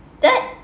then